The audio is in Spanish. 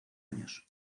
años